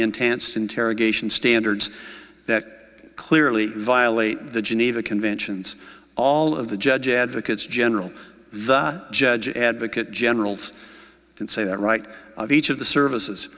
intense interrogation standards that clearly violate the geneva conventions all of the judge advocates general the judge advocate general's and say that right of each of the services